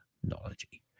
technology